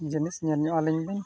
ᱡᱤᱱᱤᱥ ᱧᱮᱞ ᱧᱚᱜ ᱟᱹᱞᱤᱧ ᱵᱤᱱ